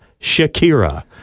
Shakira